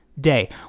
day